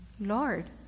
Lord